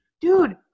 Dude